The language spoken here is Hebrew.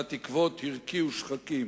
והתקוות הרקיעו שחקים.